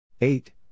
eight